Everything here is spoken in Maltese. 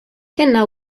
kellna